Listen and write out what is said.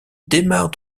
démarre